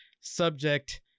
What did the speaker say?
subject